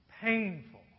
Painful